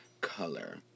color